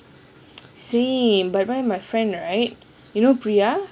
same but one of my friend right you know priya